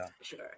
Sure